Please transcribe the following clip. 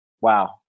Wow